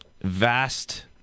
vast